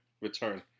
return